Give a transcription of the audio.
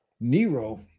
Nero